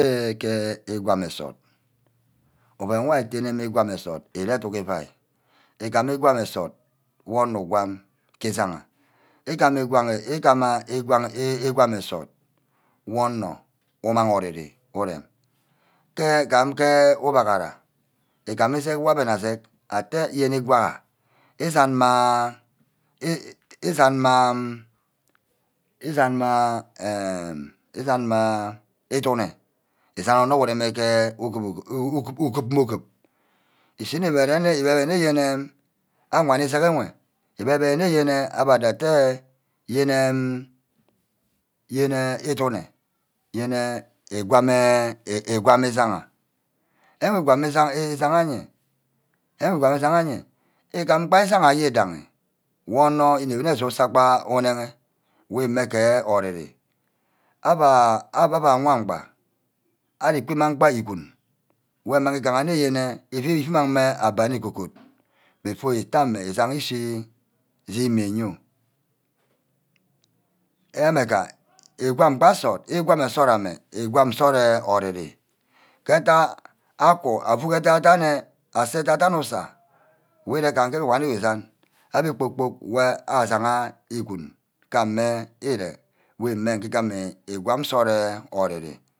Eke îgwam nsort oven wor atene-mme îgwam nsort ere aduck íuaí-îgam igwam nsort wor anor gwan ke íjagha. igama. ígama igwam nsort wor onor umag rere urem ke kam-ke ugbahara îgam īseck wor abe nna aseck yene igwaha izan ma, izan ma. idune. izan onor wer ure ke ugup-ugup meh ugup ishineh ibere yeni awan iseck enwe ibere-bere yeni abe ador atte yeni. abe ador atte yene. yene idune. nigwan nigwan ijaha. ke wor ígwan íjaha nwe. ígama ba unaiha umeh ke ori-ri aba. aba wan gba ari ku imang gba igune wor imag nne yene imag abani go-goat before utoi amin imag ishi îmeyo. ame ga igwam gba nsort. ígwam nsort ame beh. igwam nsort amme bah mme igwam nsort oriri-ke ntack aku auuck eda-dianne esay. edan-edan usay wor gbane îsan. abbe kpor-kpor wor agaha igun gaˈame ire wor nge ijaha igwam nsort eh ori-re